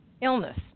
illness